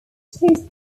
toast